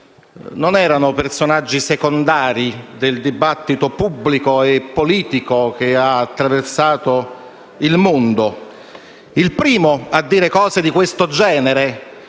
non erano personaggi secondari del dibattito pubblico e politico che ha attraversato il mondo. Il primo a dire cose di questo genere,